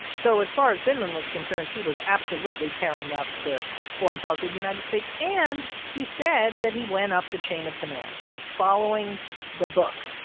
so as far as vindman was concerned, he was absolutely carrying out the foreign policy of the united states. and he said that he went up the chain of command. he was following the book.